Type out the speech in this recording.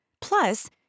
Plus